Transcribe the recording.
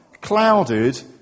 clouded